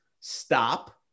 stop